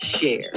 share